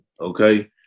okay